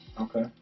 Okay